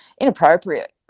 inappropriate